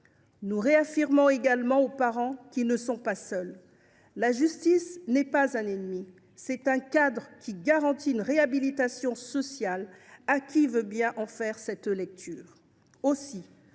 Nous réaffirmons également aux parents qu’ils ne sont pas seuls. La justice n’est pas un ennemi : c’est un cadre qui garantit une réhabilitation sociale à qui veut bien faire cette lecture de son